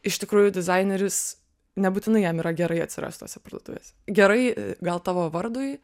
iš tikrųjų dizaineris nebūtinai jam yra gerai atsirast tose parduotuvėse gerai gal tavo vardui